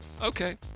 okay